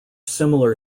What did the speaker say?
similar